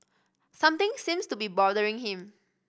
something seems to be bothering him